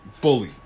bully